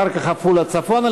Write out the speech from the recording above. אחר כך עפולה צפונה,